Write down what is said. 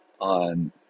on